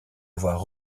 avoir